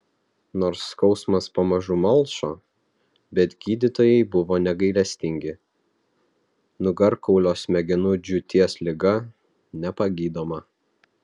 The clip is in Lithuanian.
nors skausmas pamažu malšo bet gydytojai buvo negailestingi nugarkaulio smegenų džiūties liga nepagydoma